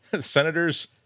Senators